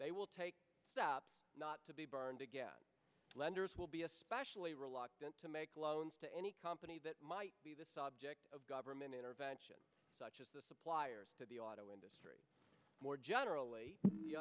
they will take steps not to be burned again lenders will be especially reluctant to make loans to any company that might be the subject of government intervention such as the suppliers to the auto industry more generally